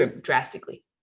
drastically